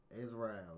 Israel